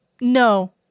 no